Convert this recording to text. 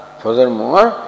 furthermore